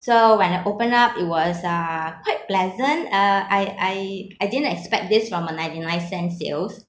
so when I open up it was uh quite pleasant uh I I I didn't expect this from a ninety nine cents sales